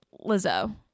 Lizzo